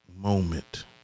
moment